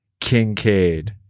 Kincaid